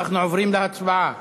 אנחנו עוברים להצבעה